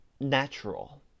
natural